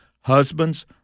Husbands